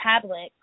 tablet